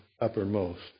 uppermost